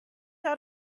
out